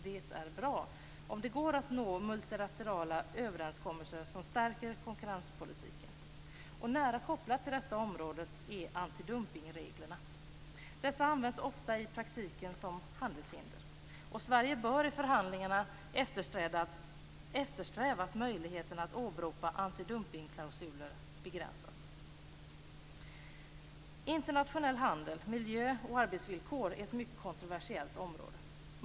Det är bra om det går att nå multilaterala överenskommelser som stärker konkurrenspolitiken. Nära kopplat till detta område är antidumpningsreglerna. Dessa används i praktiken ofta som handelshinder. Sverige bör i förhandlingarna eftersträva att möjligheterna att åberopa antidumpningsklausuler begränsas. Internationell handel, miljö och arbetsvillkor är ett mycket kontroversiellt område.